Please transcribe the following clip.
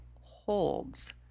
holds